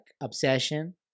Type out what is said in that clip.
obsession